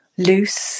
loose